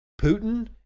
Putin